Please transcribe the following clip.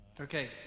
Okay